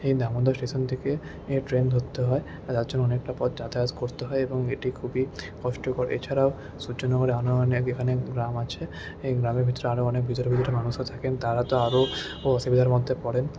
Damodar station থেকে train ধরতে হয় যার জন্য অনেকটা পথ যাতায়াত করতে হয় এবং এটি খুবই কষ্টকর এছাড়াও সূর্যনগরে যেখানে গ্রাম আছে এই গ্রামের ভিতরে আরও অনেক ভিতরে ভিতরে মানুষরা থাকেন তারা তো আরও অসুবিধার মধ্যে পড়েন